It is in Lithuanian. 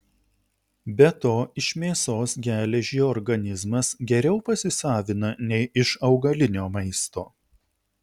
be to iš mėsos geležį organizmas geriau pasisavina nei iš augalinio maisto